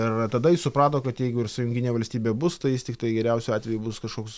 ir tada jis suprato kad jeigu sąjunginė valstybė bus tai jis tiktai geriausiu atveju bus kažkoks